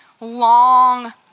long